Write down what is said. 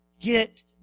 get